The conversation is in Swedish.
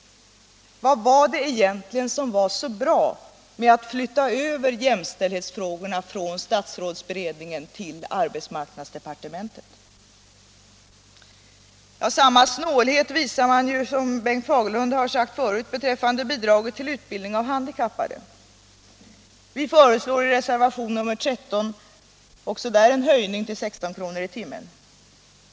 Vad var det egentligen som var så bra med att flytta över jämställdhetsfrågorna från statsrådsberedningen till arbetsmarknadsdepartementet? Samma snålhet visar man — som Bengt Fagerlund redan har sagt — beträffande bidraget till utbildning av handikappade. Vi föreslår i reservation nr 13 också där en höjning till 16 kr. i timmen.